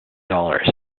dollars